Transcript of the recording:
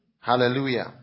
Hallelujah